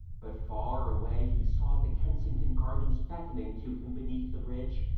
but far away he saw the kensington gardens beckoning to him beneath the bridge,